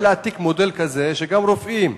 אולי כדאי להעתיק מודל כזה, שגם רופאים